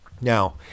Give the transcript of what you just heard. Now